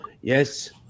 Yes